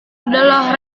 adalah